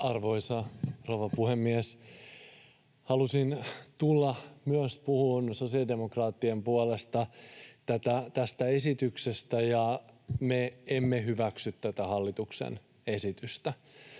rouva puhemies! Halusin tulla myös puhumaan sosiaalidemokraattien puolesta tästä esityksestä, ja me emme hyväksy tätä hallituksen esitystä.